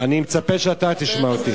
אני מצפה שאתה תשמע אותי.